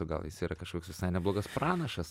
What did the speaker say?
o gal jis yra kažkoks visai neblogas pranašas